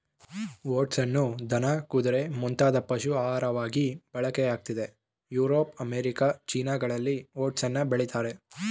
ಓಟ್ಸನ್ನು ದನ ಕುದುರೆ ಮುಂತಾದ ಪಶು ಆಹಾರವಾಗಿ ಬಳಕೆಯಾಗ್ತಿದೆ ಯುರೋಪ್ ಅಮೇರಿಕ ಚೀನಾಗಳಲ್ಲಿ ಓಟ್ಸನ್ನು ಬೆಳಿತಾರೆ